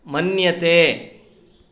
मन्यते